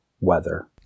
weather